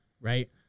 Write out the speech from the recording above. right